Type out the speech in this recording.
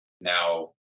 now